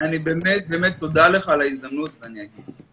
באמת תודה לך על ההזדמנות ואני אגיד.